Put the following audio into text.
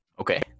Okay